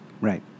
Right